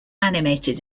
animated